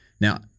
Now